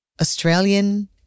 Australian